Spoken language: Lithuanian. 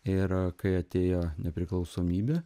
ir kai atėjo nepriklausomybė